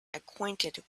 acquainted